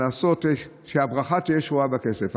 שהברכה תהיה שורה בכסף.